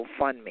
GoFundMe